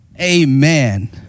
Amen